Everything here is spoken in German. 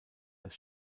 das